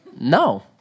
No